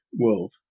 world